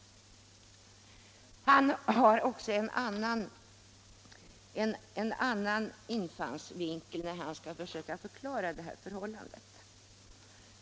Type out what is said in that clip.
Han har också en annan infallsvinkel när han skall försöka förklara det här förhållandet.